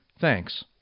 Thanks